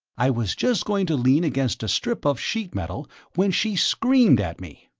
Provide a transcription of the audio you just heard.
i was just going to lean against a strip of sheet metal when she screamed at me.